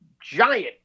giant